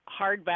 hardback